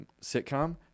sitcom